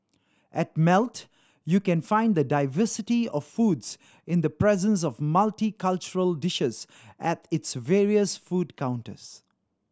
at Melt you can find the diversity of foods in the presence of multicultural dishes at its various food counters